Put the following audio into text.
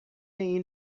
این